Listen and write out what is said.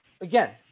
again